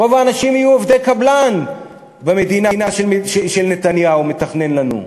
רוב האנשים יהיו עובדי קבלן במדינה שנתניהו מתכנן לנו.